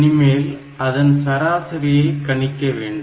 இனிமேல் அதன் சராசரியை கணிக்க வேண்டும்